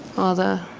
other